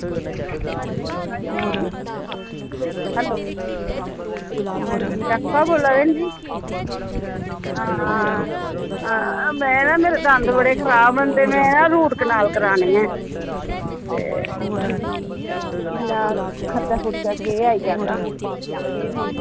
हां जी हैलो हां जी डॉक्टर साहब बोला दे न जी हां हां में ना मेरे दंद बड़े खराब न ते में ना रूट कनाल करानी ऐ ते किन्ना खर्चा खूर्चा केह् आई जाह्गा केह् नेईं